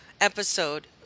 episode